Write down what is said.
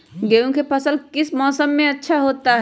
गेंहू का फसल किस मौसम में अच्छा होता है?